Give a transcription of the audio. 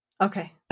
Okay